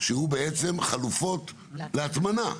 שהוא בעצם חלופות להטמנה.